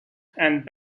and